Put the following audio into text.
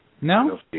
No